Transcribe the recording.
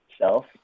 self